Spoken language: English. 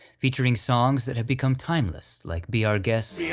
featuring songs that have become timeless, like be our guest, yeah